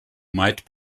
might